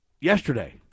yesterday